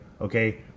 Okay